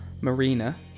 Marina